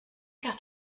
car